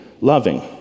loving